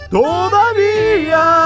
todavía